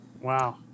Wow